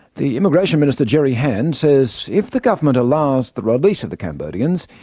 the immigration minister, gerry hand, says if the government allows the release of the cambodians,